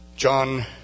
John